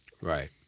right